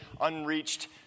unreached